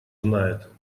знает